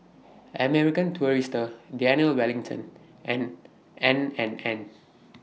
American Tourister Daniel Wellington and N and N N